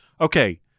Okay